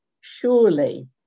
surely